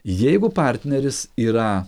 jeigu partneris yra